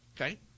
okay